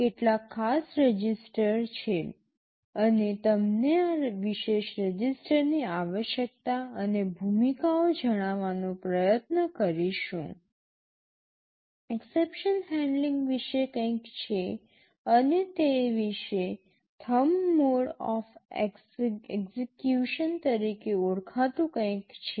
કેટલાક ખાસ રજિસ્ટર છે અમે તમને આ વિશેષ રજિસ્ટરની આવશ્યકતા અને ભૂમિકાઓ જણાવવાનો પ્રયત્ન કરીશું એક્સેપ્શન હેન્ડલિંગ વિશે કંઈક છે અને તે વિશે થમ્બ મોડ ઓફ એક્સેકયુશન તરીકે ઓળખાતું કંઈક છે